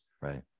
Right